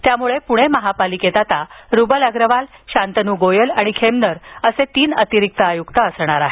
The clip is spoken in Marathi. त्यामुळे पुणे महापालिकेत आता रुबल अग्रवाल शांतनु गोयल आणि खेमनर असे तीन अतिरिक्त आयुक्त असणार आहेत